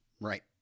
Right